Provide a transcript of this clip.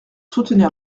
soutenir